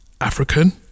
African